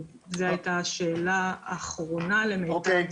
זו הייתה השאלה האחרונה למיטב זכרוני.